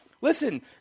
listen